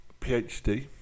PhD